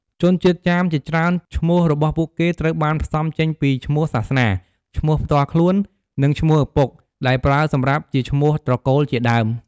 ជនជាតិចាមជាច្រើនឈ្មោះរបស់ពួកគេត្រូវបានផ្សំចេញពី ឈ្មោះសាសនា ឈ្មោះផ្ទាល់ខ្លួន និងឈ្មោះឪពុកដែលប្រើសម្រាប់ជាឈ្មោះត្រកូលជាដើម។